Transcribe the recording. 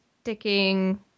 sticking